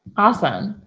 awesome.